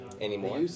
anymore